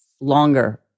longer